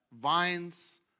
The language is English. Vines